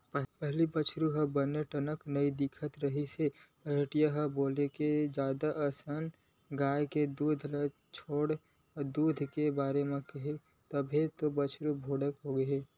पहिली बछरु ह बने टनक नइ दिखत रिहिस पहाटिया ल बोलके जादा असन गाय के दूद छोड़ के दूहे बर केहेंव तब बने बछरु भोकंड होगे